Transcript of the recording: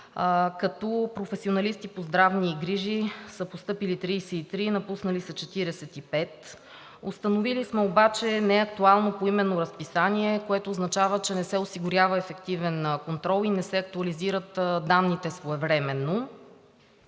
Като професионалисти по здравни грижи са постъпили 33; напуснали са 45. Установили сме обаче неактуално поименно разписание, което означава, че не се осигурява ефективен контрол и не се актуализират данните своевременно.